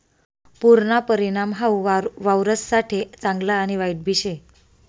पुरना परिणाम हाऊ वावरससाठे चांगला आणि वाईटबी शे